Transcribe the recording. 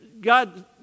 God